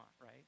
right